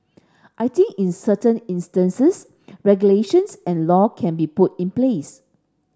I think is certain instances regulations and law can be put in place